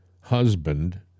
husband